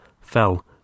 fell